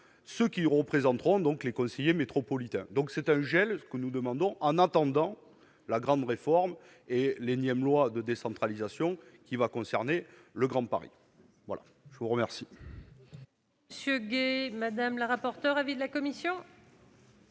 ceux qui iront présenteront donc les conseillers métropolitains, donc c'est un gel, ce que nous demandons, en attendant la grande réforme et l'énième loi de décentralisation qui va concerner le Grand Paris, voilà je vous remercie.